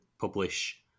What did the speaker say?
publish